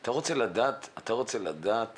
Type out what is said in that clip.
אתה רוצה לדעת